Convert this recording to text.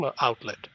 outlet